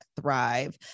thrive